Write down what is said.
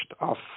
off